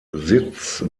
sitz